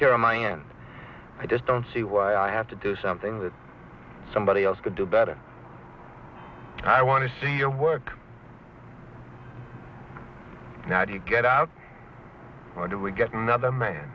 care of my aunt i just don't see why i have to do something that somebody else could do better i want to see your work now do you get out or do we get another